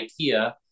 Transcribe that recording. IKEA –